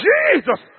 Jesus